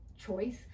choice